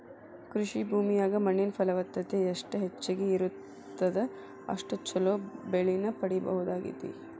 ಕೃಷಿ ಭೂಮಿಯಾಗ ಮಣ್ಣಿನ ಫಲವತ್ತತೆ ಎಷ್ಟ ಹೆಚ್ಚಗಿ ಇರುತ್ತದ ಅಷ್ಟು ಚೊಲೋ ಬೆಳಿನ ಪಡೇಬಹುದಾಗೇತಿ